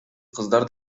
кыздар